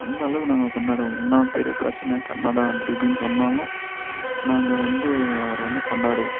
அந்த அளவு நாங்கள் கொண்டாடுவோம் என்னா பெரிய பிரச்சின கர்நாடகா அப்படி இப்படின்னு சொன்னாலும் நாங்கள் வந்து அவரை வந்து கொண்டாடுவோம்